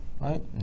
right